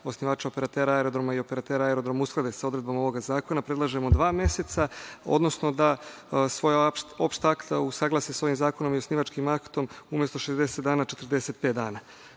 osnivača operatera aerodroma i operateri aerodroma usklade sa odredbom ovog zakona, predlažemo dva meseca, odnosno da svoja opšta akta usaglase sa ovim zakonom i osnivačkim aktom umesto 60 dana, 45